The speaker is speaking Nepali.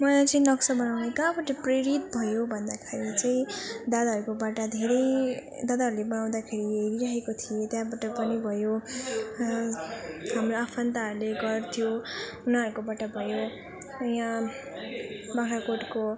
मलाई चाहिँ नक्सा बनाउने कहाँबाट प्रेरित भयो भन्दाखेरि चाहिँ दादाहरूकोबाट धेरै दादाहरूले बनाउँदाखेरि हेरिरहेको थिएँ त्यहाँबाट पनि भयो हाम्रो आफन्तहरूले गर्थ्यो उनीहरूकोबाट भयो यहाँ बाख्राकोटको